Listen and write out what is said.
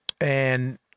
And-